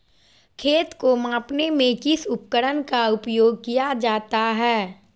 खेत को मापने में किस उपकरण का उपयोग किया जाता है?